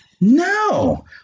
No